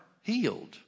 healed